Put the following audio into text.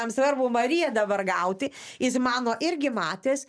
jam svarbu marija dabar gauti jis mano irgi matęs